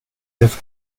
have